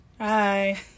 hi